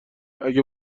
اگه